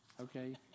Okay